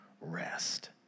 rest